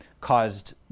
caused